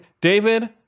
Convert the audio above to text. David